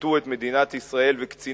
שישפטו את מדינת ישראל וקציניה,